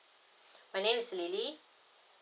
my name is lily